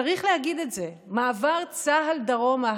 צריך להגיד את זה: מעבר צה"ל דרומה,